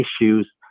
issues